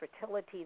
fertility